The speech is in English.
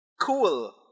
Cool